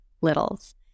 littles